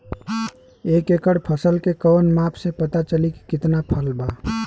एक एकड़ फसल के कवन माप से पता चली की कितना फल बा?